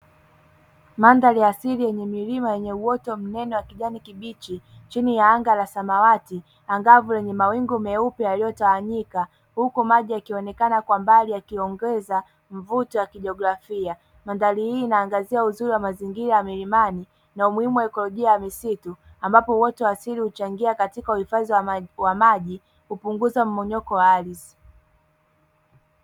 Mandhari ya asili yenye milima yenye uoto mnene wa kijani kibichi chini ya anga la samawati angavu lenye mawingu meupe yaliyotawanyika, huku maji yakionekana kwa mbali yakiongeza mvuto wa kijeografia. Mandhari hii inaangazia uzuri wa mazingira ya milimani na umuhimu wa ikolojia ya misitu, ambapo uoto wa asili huchangia katika uhifadhi wa maji, hupunguza mmomonyoko wa ardhi.